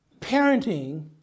parenting